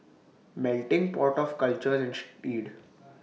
melting pot of cultures inch deed